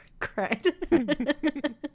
Cried